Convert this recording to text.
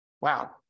wow